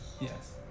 yes